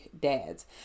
dads